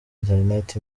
internet